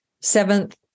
Seventh